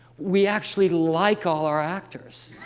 we actually like all our actors.